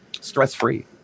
stress-free